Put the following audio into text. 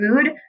food